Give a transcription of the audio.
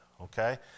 okay